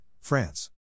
France